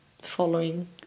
following